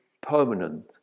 permanent